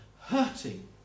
hurting